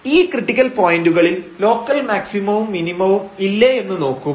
അപ്പോൾ ഈ ക്രിട്ടിക്കൽ പോയന്റുകളിൽ ലോക്കൽ മാക്സിമവും മിനിമവും ഇല്ലേ എന്ന് നോക്കും